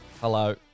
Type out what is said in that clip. Hello